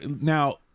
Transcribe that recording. Now-